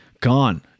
gone